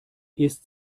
ist